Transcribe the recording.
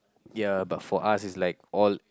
ya but for us it's like all